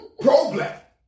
pro-black